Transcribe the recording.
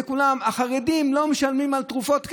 כולם: החרדים לא משלמים כסף על תרופות.